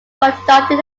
conducted